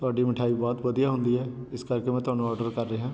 ਤੁਹਾਡੀ ਮਠਿਆਈ ਬਹੁਤ ਵਧੀਆ ਹੁੰਦੀ ਹੈ ਇਸ ਕਰਕੇ ਮੈਂ ਤੁਹਾਨੂੰ ਔਡਰ ਕਰ ਰਿਹਾ